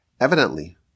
Evidently